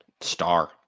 star